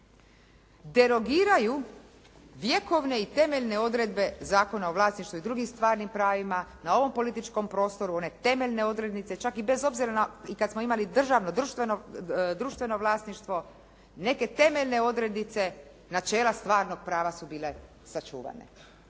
derogiraju vjekovne i temeljne odredbe Zakona o vlasništvu i drugim stvarnim pravima, na ovom političkom prostoru, one temeljne odrednice, čak i bez obzira na i kada smo imali državno, društveno vlasništvo, neke temeljne odrednice, načela stvarnog prava su bile sačuvane.